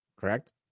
Correct